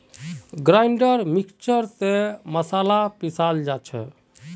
grinder mixer स मसाला पीसाल जा छे